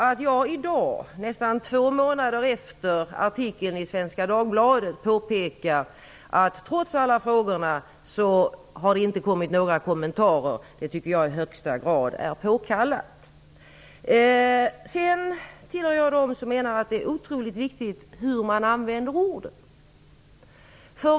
Att jag i dag, nästan två månader efter artikeln i Svenska Dagbladet, påpekar att det trots alla frågor inte har kommit några kommentarer, det tycker jag i högsta grad är påkallat. Jag tillhör dem som menar att det är otroligt viktigt hur man använder orden.